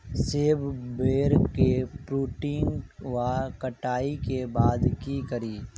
सेब बेर केँ प्रूनिंग वा कटाई केँ बाद की करि?